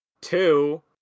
two